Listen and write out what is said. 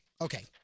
Okay